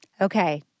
Okay